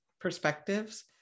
perspectives